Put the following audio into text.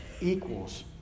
equals